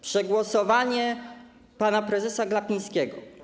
Przegłosowanie pana prezesa Glapińskiego.